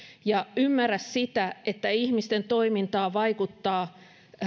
ja ymmärrä sitä että ihmisten toimintaan vaikuttavat